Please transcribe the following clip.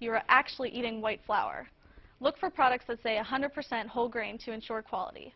you're actually eating white flour look for products so say a hundred percent whole grain to ensure quality